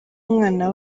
umwana